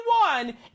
one